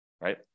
right